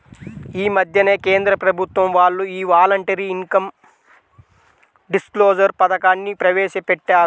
యీ మద్దెనే కేంద్ర ప్రభుత్వం వాళ్ళు యీ వాలంటరీ ఇన్కం డిస్క్లోజర్ పథకాన్ని ప్రవేశపెట్టారు